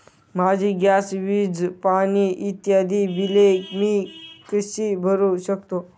माझी गॅस, वीज, पाणी इत्यादि बिले मी कशी भरु शकतो?